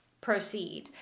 proceed